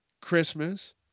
Christmas